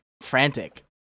frantic